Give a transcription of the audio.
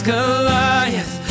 Goliath